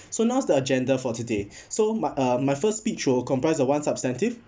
so now's the agenda for today so my uh my first speech will comprise of one substantive